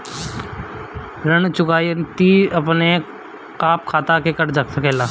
ऋण चुकौती अपने आप खाता से कट सकेला?